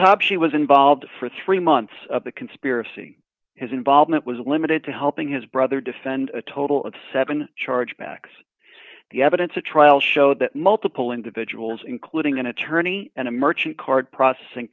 b she was involved for three months of the conspiracy his involvement was limited to helping his brother defend a total of seven charge backs the evidence a trial show that multiple individuals including an attorney and a merchant card processing